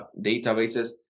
databases